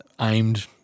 aimed